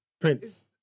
Prince